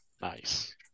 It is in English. Nice